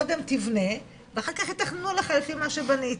קודם תבנה ואח"כ יתכננו לך לפי מה שבנית